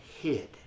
hid